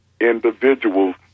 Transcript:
individuals